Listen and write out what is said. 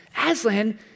Aslan